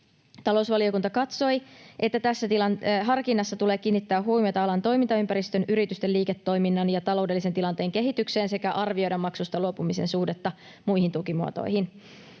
Talousvaliokunta katsoi, että tässä harkinnassa tulee kiinnittää huomiota alan toimintaympäristön, yritysten liiketoiminnan ja taloudellisen tilanteen kehitykseen sekä arvioida maksusta luopumisen suhdetta muihin tukimuotoihin.